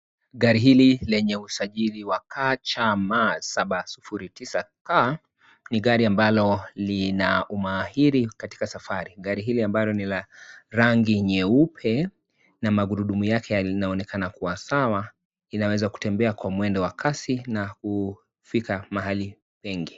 Gari hilo lenye usajili wa KCM 709k, ni gari ambalo lina umahiri katika safari. Gari hili ambalo ni la rangi nyeupe, na magurudumu yake linaonekana kuwa sawa, inaweza kutembea kwa mwendo wa kasi, na kufika mahali pengi.